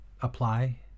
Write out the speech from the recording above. apply